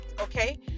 okay